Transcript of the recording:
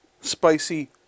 spicy